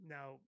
Now